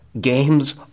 games